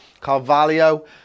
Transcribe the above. Carvalho